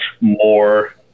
more